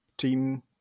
team